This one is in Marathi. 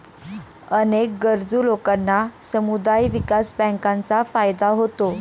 अनेक गरजू लोकांना समुदाय विकास बँकांचा फायदा होतो